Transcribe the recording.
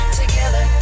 together